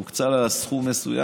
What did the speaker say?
הוקצה סכום מסוים,